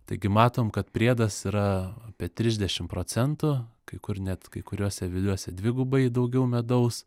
taigi matom kad priedas yra apie trisdešim procentų kai kur net kai kuriuose aviliuose dvigubai daugiau medaus